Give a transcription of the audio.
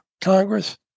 Congress